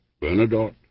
Bernadotte